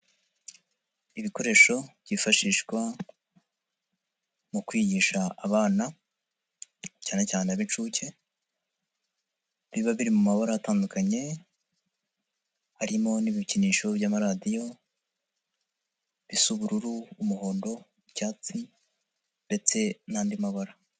Ibikoresho byifashishwa mu kwigisha abana, cyane cyane ab'inshuke, biba biri mu mabara atandukanye, harimo n'ibikinisho by'amaradiyo bisa ubururu, umuhondo, icyatsi ndetse n'andi mabara.